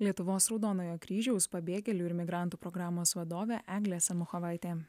lietuvos raudonojo kryžiaus pabėgėlių ir migrantų programos vadovė eglė samuchovaitė